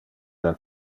del